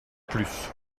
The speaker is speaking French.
plus